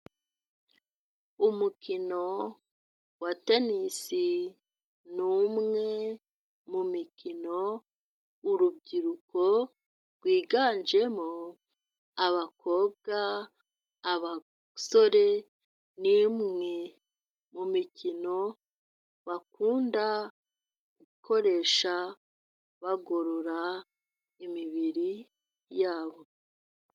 Umukino wa tenisI nI umwe mu mikino urubyiruko rwiganjemo abakobwa, abasore. Ni imwe mu mikino bakunda gukoresha bagorora imibiri yabo.